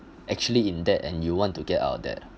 actually in debt and you want to get out of debt